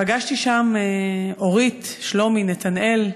פגשתי שם את אורית, שלומי, נתנאל,